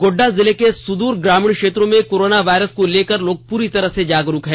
गोड़डा जिले के सुदूर ग्रामीण क्षेत्रों में कोरोना वायरस को लेकर लोग पूरी तरह जागरूक हैं